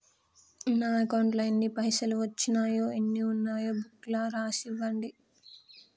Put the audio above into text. నా అకౌంట్లో ఎన్ని పైసలు వచ్చినాయో ఎన్ని ఉన్నాయో బుక్ లో రాసి ఇవ్వండి?